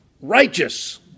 righteous